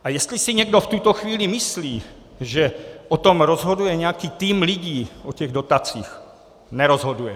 A jestli si někdo v tuto chvíli myslí, že o tom rozhoduje nějaký tým lidí, o těch dotacích nerozhoduje.